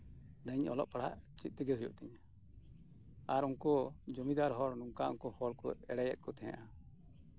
ᱫᱤᱭᱮ ᱤᱧ ᱚᱞᱚᱜ ᱯᱟᱲᱦᱟᱜ ᱪᱮᱫ ᱛᱮᱜᱮ ᱦᱩᱭᱩᱜ ᱛᱤᱧᱟ ᱟᱨ ᱩᱱᱠᱩ ᱡᱚᱢᱤᱫᱟᱨ ᱦᱚᱲ ᱠᱚ ᱱᱚᱝᱠᱟ ᱩᱱᱠᱩ ᱦᱚᱲ ᱠᱚ ᱮᱲᱮᱭᱮᱫ ᱠᱚ ᱛᱟᱸᱦᱮᱜᱼᱟ